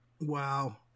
Wow